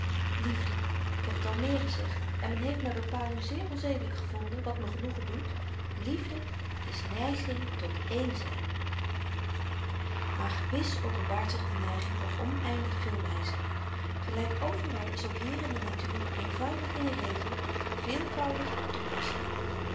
aantrekkingswet liefde ik heb t al meer gezegd en men heeft myn bepaling zeer onzedelyk gevonden wat me genoegen doet liefde is neiging tot éénzyn maar gewis openbaart zich die neiging op oneindig veel wyzen gelyk overal is ook hierin de natuur éénvoudig in regel veelvoudig in toepassing